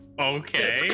Okay